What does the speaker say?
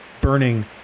burning